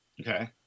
Okay